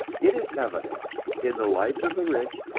it is evident in the lives of the rich,